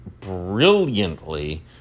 brilliantly